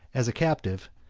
as a captive,